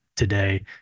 Today